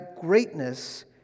greatness